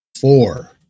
four